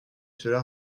cela